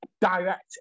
direct